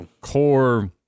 core